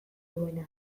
duena